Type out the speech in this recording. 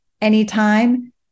anytime